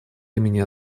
имени